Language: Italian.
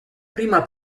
prima